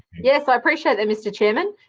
yes, i appreciate that, mr chair. and